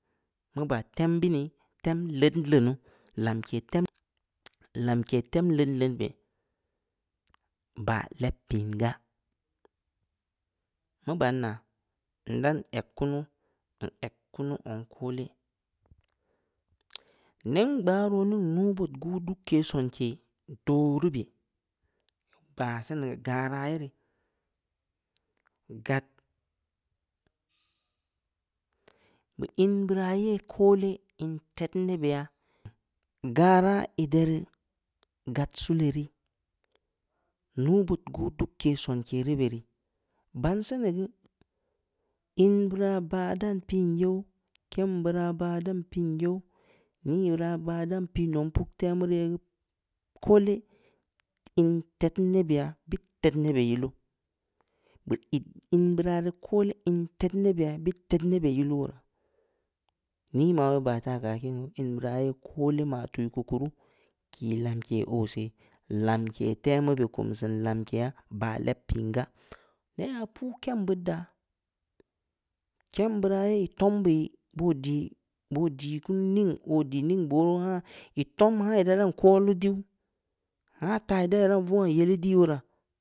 Mu baa tem bi nii, tem leudn leunu, lamke-lamke tem leudn leunu beh, baah leb piin gaa, mu baan yaa, nda n'eg kunu, n'eg kunu zong koole, neng gbaroo ning nuubood guu dugke sonke doo ruu beh, baa se nii geu gara ye rii, gad, beu in beuraa ye koole, in tedne beya, garaa ii dereu gad sule rii, nuubood guu dugke sonke ruu be rii, baan se nii geu, in beura baah daan piin youw, kem beu raa baah dan piin youw, nii beu raa baah daan piin zong puk temu rii ye geu koole, in tednne bey, bit tednne be yaa yiiluu. beu iid in beuraa, in tednne beya, bit tednne beh yiluu wo raa, nii maweh baa taa keu aah kiin guu? In beu raa ye koole ma tuu ya keu ku ruu, kii lamke oo seh, lamke temu beh kum siin lamkeya, baa leb piin gaa, neh aah puu kem beud yaa, kem beu raa ye ii tom buii, boo dii kunu, ning oo dii ningha boo ruu. haa tom haa ii da daan kolu diu, taa ii dai ran vungha yeli ii woo raa.